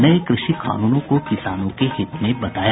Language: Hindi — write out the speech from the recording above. नये कृषि कानूनों को किसानों के हित में बताया